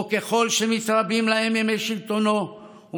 או שככל שמתרבים להם ימי שלטונו הוא